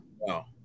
No